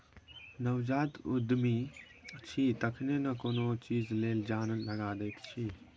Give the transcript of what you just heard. नवजात उद्यमी छी तखने न कोनो चीज लेल जान लगा दैत छी